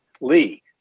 Lee